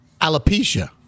Alopecia